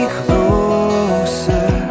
closer